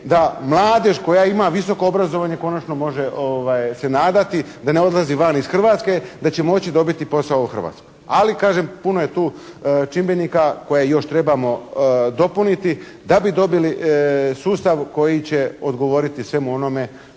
da mladež koja ima visoko obrazovanje konačno može se nadati da ne odlazi van iz Hrvatske, da će moći dobiti posao u Hrvatskoj. Ali kažem puno je tu čimbenika koje još trebamo dopuniti da bi dobili sustav koji će odgovoriti svemu onome što mi